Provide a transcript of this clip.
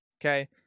okay